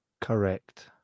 Correct